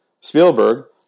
Spielberg